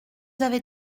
avez